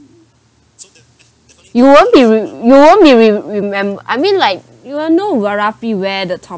you won't be re~ you won't be re~ remem~ I mean like you will know where roughly where the to~